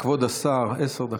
בבקשה, כבוד השר, עשר דקות.